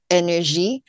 energy